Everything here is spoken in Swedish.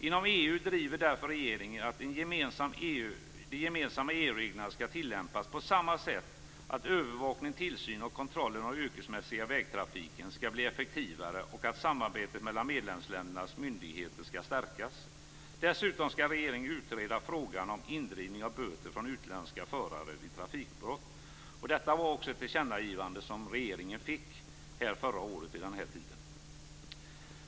Inom EU driver därför regeringen att en de gemensamma EU-reglerna skall tillämpas på samma sätt, att övervakning, tillsyn och kontroll av den yrkesmässiga vägtrafiken skall bli effektivare och att samarbetet mellan medlemsländernas myndigheter skall stärkas. Dessutom skall regeringen utreda frågan om indrivning av böter från utländska förare vid trafikbrott. Det var också ett tillkännagivande som regeringen fick vid den här tiden förra året.